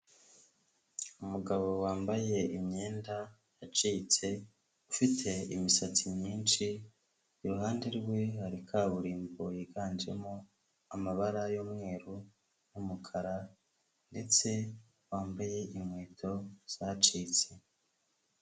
Umugabo wambaye imyenda yacitse, ufite imisatsi myinshi, iruhande rwe, hari kaburimbo yiganjemo amabara y'umweru n'umukara ndetse wambaye inkweto zacitse.